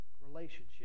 Relationship